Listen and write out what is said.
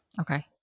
Okay